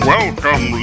Welcome